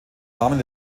rahmen